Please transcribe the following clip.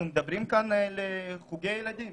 אנחנו מדברים כאן גם על חוגים לילדים.